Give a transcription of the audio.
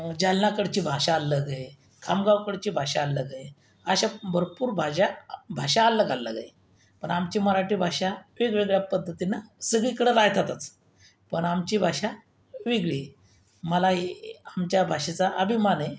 जालनाकडची भाषा अलग आहे खामगावकडची भाषा अलग आहे अशा भरपूर भाज्या भाषा अलग अलग आहे पण आमची मराठी भाषा वेगवेगळ्या पद्धतीनं सगळीकडं राहतातच पण आमची भाषा वेगळी आहे मलाही आमच्या भाषेचा अभिमान आहे